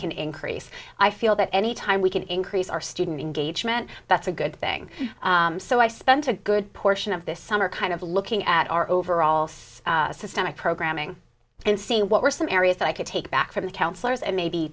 can increase i feel that any time we can increase our student engagement that's a good thing so i spent a good portion of this summer kind of looking at our overall size systemic programming and see what were some areas that i could take back from the counselors and maybe